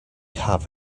have